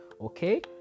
okay